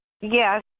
Yes